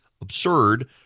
absurd